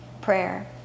prayer